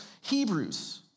Hebrews